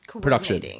production